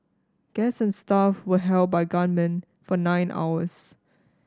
guests and staff were held by gunmen for nine hours